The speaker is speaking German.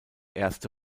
erste